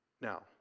Now